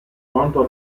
quanto